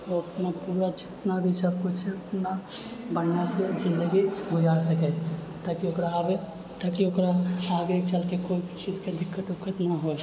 ओ अपना पूरा जितना भी सब किछु ओतना बढ़िआँ से जिन्दगी गुजार सकए ताकि ओकरा आबए ताकि ओकरा आगे चलके कोइ चीजके दिक्कत उक्कत नहि होए